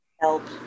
Help